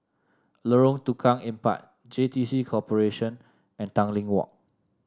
Lorong Tukang Empat J T C Corporation and Tanglin Walk